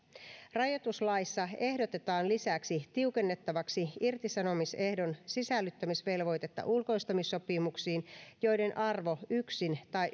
rajoituslaissa ehdotetaan lisäksi tiukennettavaksi irtisanomisehdon sisällyttämisvelvoitetta ulkoistamissopimuksiin joiden arvo yksin tai